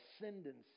ascendancy